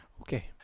Okay